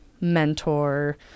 mentor